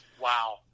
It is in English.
Wow